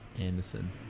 Anderson